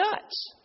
nuts